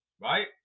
Right